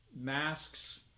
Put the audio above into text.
Masks